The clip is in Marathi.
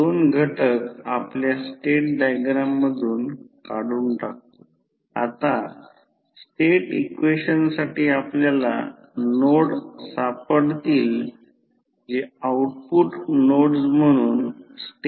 तर प्रायमरी वायडींग मी सांगितलेल्या एसी सप्लायसोबत जोडलेले आहे आणि सेकंडरी वायडींग लोडशी जोडलेले असू शकते